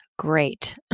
great